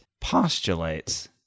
postulates